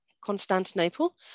constantinople